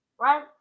right